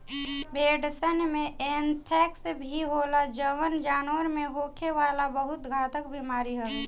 भेड़सन में एंथ्रेक्स भी होला जवन जानवर में होखे वाला बहुत घातक बेमारी हवे